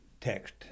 text